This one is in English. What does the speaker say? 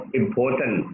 important